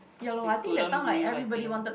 they couldn't breathe I think